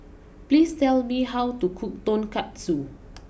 please tell me how to cook Tonkatsu